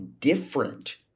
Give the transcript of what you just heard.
different